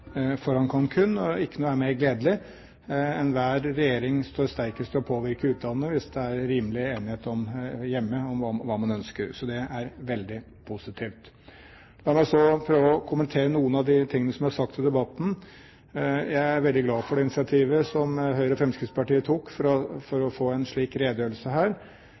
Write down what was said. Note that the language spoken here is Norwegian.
ikke noe er mer gledelig. Enhver regjering står sterkest i å påvirke i utlandet hvis det er rimelig enighet hjemme om hva man ønsker. Så det er veldig positivt. La meg så prøve å kommentere noen av de tingene som er sagt i debatten. Jeg er veldig glad for det initiativet som Høyre og Fremskrittspartiet tok for å få en slik redegjørelse her,